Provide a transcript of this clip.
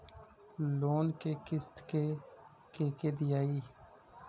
Loan क किस्त के के दियाई?